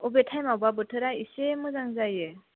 बबे टाइम आवबा बोथोरा एसे मोजां जायो